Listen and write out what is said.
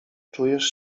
czujesz